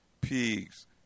pigs